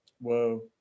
whoa